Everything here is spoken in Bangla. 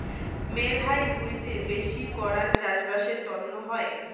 মেলহাই ভুঁইতে বেশি করাং চাষবাসের তন্ন হই